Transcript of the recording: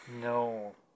No